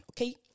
okay